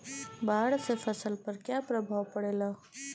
बाढ़ से फसल पर क्या प्रभाव पड़ेला?